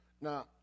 Now